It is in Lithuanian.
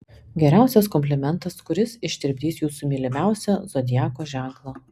geriausias komplimentas kuris ištirpdys jūsų mylimiausią zodiako ženklą